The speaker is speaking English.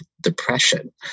depression